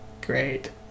great